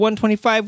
125